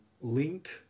link